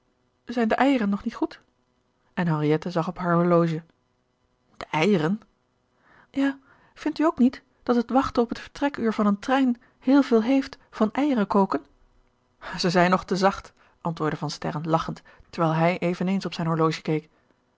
zijn de eijeren nog niet goed en henriette zag op haar horloge de eieren ja vindt u ook niet dat het wachten op het vertrekuur van een trein heel veel heeft van eieren koken zij zijn nog te zacht antwoordde van sterren lachend terwijl hij eveneens op zijn horloge